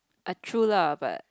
ah true lah but